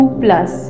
plus